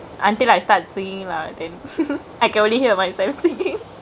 until I start singkingk lah then I can only hear myself singkingk